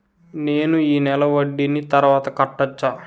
నేను ఈ నెల వడ్డీని తర్వాత కట్టచా?